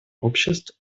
обществ